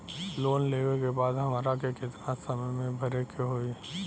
Loan लेवे के बाद हमरा के कितना समय मे भरे के होई?